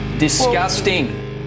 Disgusting